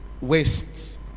wastes